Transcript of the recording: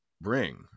bring